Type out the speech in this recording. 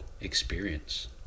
experience